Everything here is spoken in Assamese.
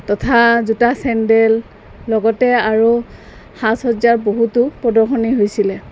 তথা জোতা চেণ্ডেল লগতে আৰু সাজ সজ্জাৰ বহুতো প্ৰদৰ্শনী হৈছিলে